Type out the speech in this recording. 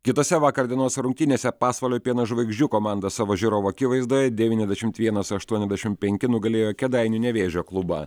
kitose vakar dienos rungtynėse pasvalio pieno žvaigždžių komanda savo žiūrovų akivaizdoje devyniasdešimt vienas aštuoniasdešimt penki nugalėjo kėdainių nevėžio klubą